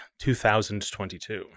2022